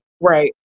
Right